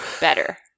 better